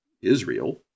Israel